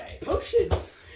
Potions